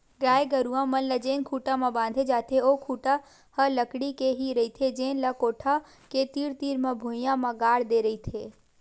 गाय गरूवा मन ल जेन खूटा म बांधे जाथे ओ खूटा ह लकड़ी के ही रहिथे जेन ल कोठा के तीर तीर म भुइयां म गाड़ दे रहिथे